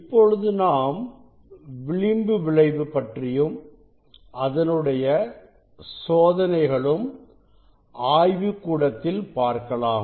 இப்பொழுது நாம் விளிம்பு விளைவு பற்றியும் அதனுடைய சோதனைகளும் ஆய்வுகூடத்தில் பார்க்கலாம்